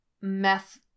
meth